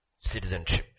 citizenship